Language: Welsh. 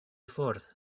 ffwrdd